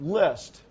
list